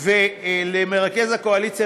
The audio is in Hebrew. ולמרכז הקואליציה,